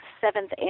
seventh